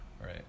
Right